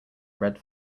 red